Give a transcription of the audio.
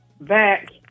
back